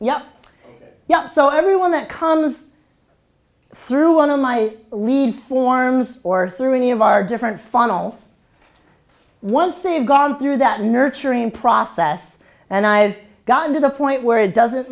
yeah so everyone that comes through one of my lead forms or through any of our different funnels once they've gone through that nurturing process and i've gotten to the point where it doesn't